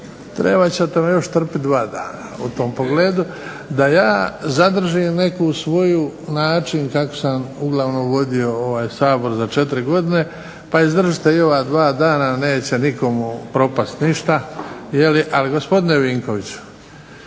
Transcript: trebat ćete me još trpiti dva dana u tom pogledu, da ja zadržim neku svoju način kako sam uglavnom vodio Sabor za ove 4 godine, pa izdržite i ova dva dana. Neće nikomu propasti ništa jeli. Ali gospodine Vinkoviću,